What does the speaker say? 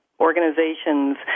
organizations